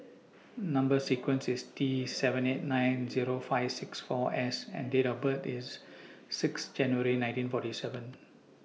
Number sequence IS T seven eight nine Zero five six four S and Date of birth IS six January nineteen forty seven